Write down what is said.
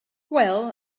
well